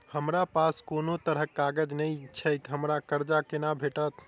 हमरा पास कोनो तरहक कागज नहि छैक हमरा कर्जा कोना भेटत?